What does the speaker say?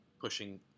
pushing